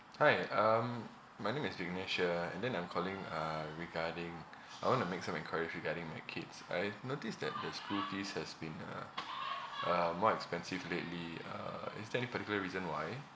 hi um my name is dinesh uh and then I'm calling uh regarding I want to make some enquiries regarding my kids I have noticed that the school fees has been uh uh more expensive lately uh is there any particular reason why